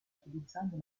utilizzando